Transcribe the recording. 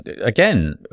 again